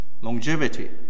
Longevity